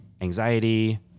anxiety